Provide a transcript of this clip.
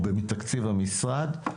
או בתקציב המשרד.